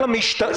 חברים, הבנו.